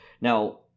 Now